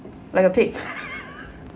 like a pig